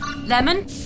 Lemon